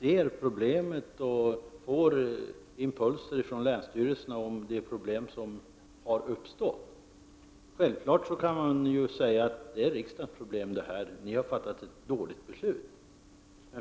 ser problemet och får impulser ifrån länsstyrelserna om de problem som har uppstått. Man kan självfallet säga att det är riksdagens problem och att det beror på att riksdagen har fattat ett dåligt beslut.